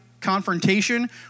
confrontation